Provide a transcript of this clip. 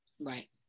Right